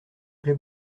plaît